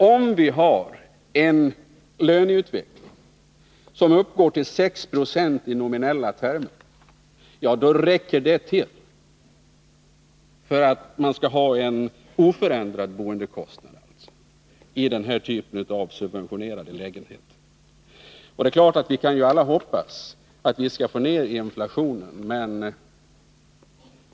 Om vi har en löneutveckling på 6 96 i nominella termer räcker det för att man skall få en oförändrad boendekostnad i den här typen av subventionerade lägenheter. Vi kan ju alla hoppas att vi skall få ned inflationen.